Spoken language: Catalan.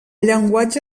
llenguatge